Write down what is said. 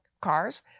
cars